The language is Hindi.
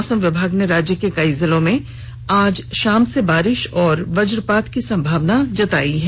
मौसम विभाग ने राज्य के कई जिलों में आज शाम से बारिश और वज्रपात की संभावना जताई है